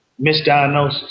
Misdiagnosis